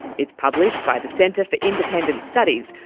it's published by the centre for independent studies,